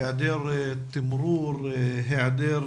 היעדר תמרור, היעדר